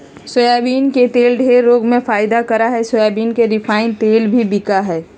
soybean के तेल ढेर रोग में फायदा करा हइ सोयाबीन के रिफाइन तेल भी बिका हइ